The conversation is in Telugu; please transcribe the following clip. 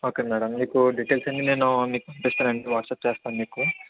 ఓకే మేడం మీకు డిటైల్స్ అన్నీ నేను మీకు పంపిస్తాను అండి వాట్సప్ చేస్తాను మీకు